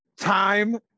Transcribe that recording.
time